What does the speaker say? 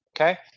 okay